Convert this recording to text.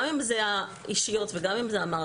גם אם זה האישיות וגם אם המערכתיות,